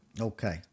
Okay